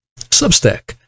substack